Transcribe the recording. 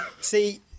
see